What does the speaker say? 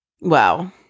Wow